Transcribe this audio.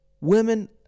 Women